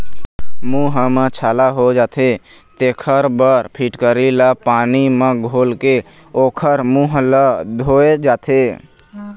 मूंह म छाला हो जाथे तेखर बर फिटकिरी ल पानी म घोलके ओखर मूंह ल धोए जाथे